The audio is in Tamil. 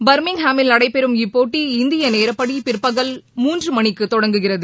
பர்மிங்ஹாமில் நடைபெறும் இப்போட்டி இந்திய நேரப்படி பிற்பகல் மூன்று மணிக்கு தொடங்குகிறது